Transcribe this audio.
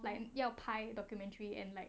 like 要拍 documentary and like